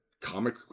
comic